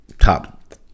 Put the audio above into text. top